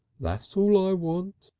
that's all i want.